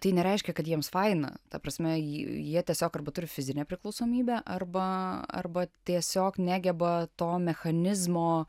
tai nereiškia kad jiems faina ta prasme jie tiesiog arba turi fizinę priklausomybę arba arba tiesiog negeba to mechanizmo